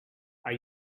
are